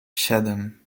siedem